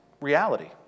reality